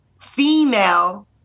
female